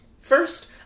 First